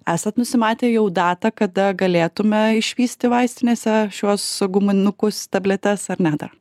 esat nusimatę jau datą kada galėtume išvysti vaistinėse šiuos guminukus tabletes ar ne dar